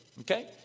Okay